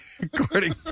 According